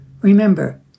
Remember